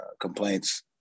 Complaints